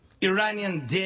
Iranian